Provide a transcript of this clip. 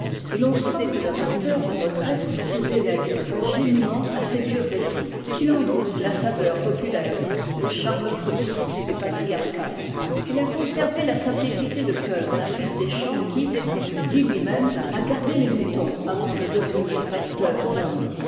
et l'on sent que le recteur de motreff se délecte ingénument à ces vieux récits qu'il en goûte la saveur populaire le charme fruste et patriarcal il a conservé la simplicité de cœur d'un fils des champs qui comme il dit lui-même a gardé les moutons avant de devenir pasteur d'hommes